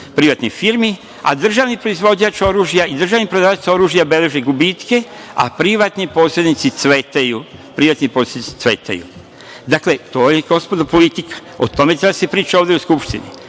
privatnih firmi, a državni proizvođač oružja i državni prodavac oružja beleži gubitke, a privatni posednici cvetaju. Dakle, to je, gospodo, politika. O tome treba da se priča ovde u Skupštini,